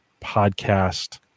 podcast